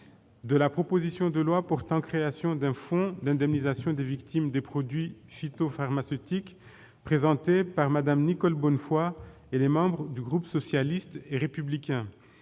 -de la proposition de loi portant création d'un fonds d'indemnisation des victimes des produits phytopharmaceutiques, présentée par Mme Nicole Bonnefoy et les membres du groupe socialiste et républicain